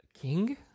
King